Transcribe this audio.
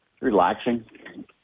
Relaxing